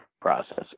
process